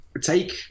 take